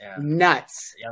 Nuts